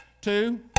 two